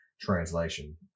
translation